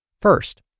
First